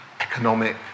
economic